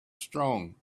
strong